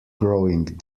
growing